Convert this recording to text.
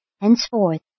henceforth